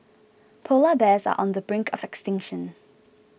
Polar Bears are on the brink of extinction